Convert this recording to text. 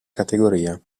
categoria